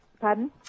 Pardon